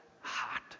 hot